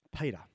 Peter